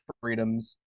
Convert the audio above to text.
freedoms